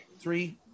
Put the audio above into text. Three